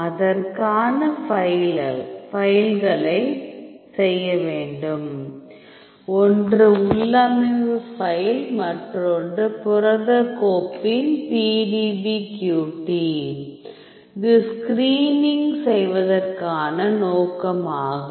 அதற்கான ஃபைல்களை செய்ய வேண்டும் ஒன்று உள்ளமைவு ஃபைல் மற்றொன்று புரதக் கோப்பின் PDBQT இது ஸ்கிரீனிங் செய்வதற்கான நோக்கம் ஆகும்